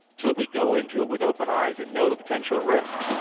so that we'd go into it with open eyes and know the potential risks.